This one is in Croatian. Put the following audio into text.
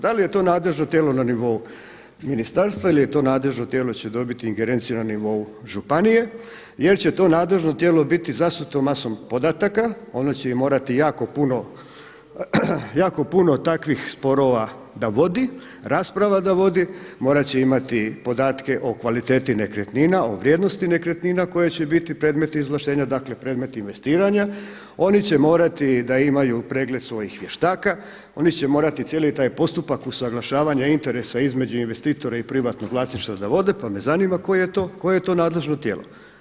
Da li je to nadležno tijelo na nivou ministarstva ili je to nadležno tijelo će dobiti ingerenciju na nivou županije jer će to nadležno tijelo biti zasuto masom podataka, ono će morati jako puno takvih sporova da vodi, rasprava da vodi, morat će imati podatke o kvaliteti nekretnina o vrijednosti nekretnina koje će biti predmet izvlaštenja, dakle predmet investiranja oni će morati imati pregled svojih vještaka, oni će morati cijeli taj postupak usuglašavanja interesa između investitora i privatnog vlasništva da vode, pa me zanima koje je to nadležno tijelo.